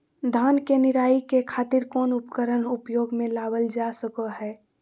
धान के निराई के खातिर कौन उपकरण उपयोग मे लावल जा सको हय?